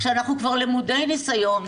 כשאנחנו כבר למודי ניסיון,